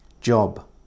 Job